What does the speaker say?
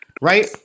right